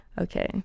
Okay